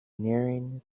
nearing